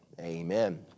amen